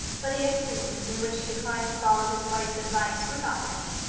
but the instances in which he declined to follow his wife's advice were not many.